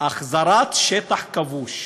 החזרת שטח כבוש,